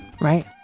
Right